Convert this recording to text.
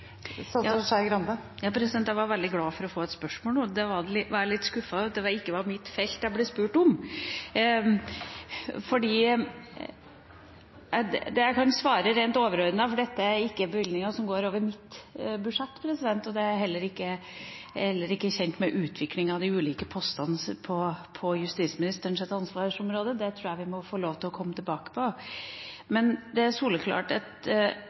Jeg var veldig glad for å få et spørsmål og var litt skuffet over at det ikke var mitt felt jeg ble spurt om. Jeg kan svare rent overordnet, for dette er ikke bevilgninger som går over mitt budsjett, og jeg er heller ikke kjent med utviklingen av de ulike postene på justisministerens ansvarsområde. Det tror jeg vi må få lov til å komme tilbake til. Men det er soleklart, hvis jeg skal si noe overordnet, en utfordring i fengslene våre nå når vi har fått ned fengselskøene, at